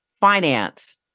finance